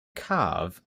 carve